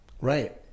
right